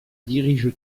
dirige